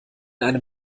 einem